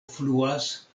fluas